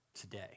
Today